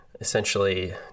essentially